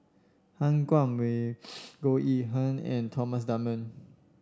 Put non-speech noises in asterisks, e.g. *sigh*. Han Guangwei *noise* Goh Yihan and Thomas Dunman